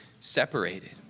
separated